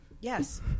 Yes